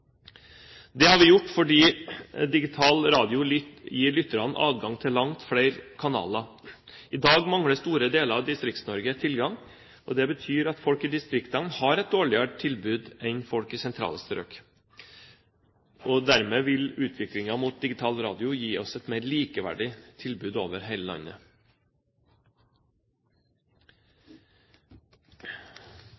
Det har vi gjort fordi digital radio gir lytterne adgang til langt flere kanaler. I dag mangler store deler av Distrikts-Norge tilgang, og det betyr at folk i distriktene har et dårligere tilbud enn folk i sentrale strøk. Dermed vil utviklingen mot digital radio gi oss et mer likeverdig tilbud over hele landet.